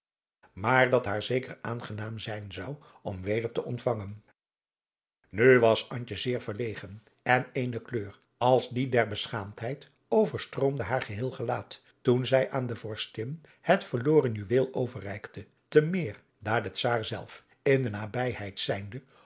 maar dat haar zeker aangenaam zijn zou om weder te ontvangen nu was antje zeer verlegen en eene kleur als die der beschaamdheid overstroomde haar geheel gelaat toen zij aan de vorstin het verloren juweel overreikte te meer daar de czaar zelf in de nabijheid zijnde